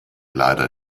leider